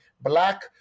black